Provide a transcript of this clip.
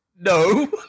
no